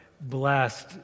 blessed